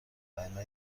وگرنه